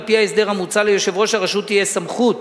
על-פי ההסדר המוצע תהיה ליושב-ראש הרשות סמכות